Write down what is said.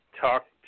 Talk